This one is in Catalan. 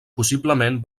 possiblement